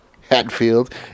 Hatfield